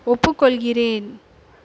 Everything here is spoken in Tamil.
ஒப்புக்கொள்கிறேன்